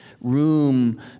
room